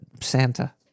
Santa